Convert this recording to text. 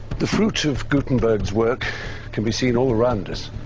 the fruit of gutenberg's work can be seen all around us,